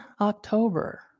October